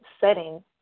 setting